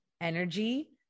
energy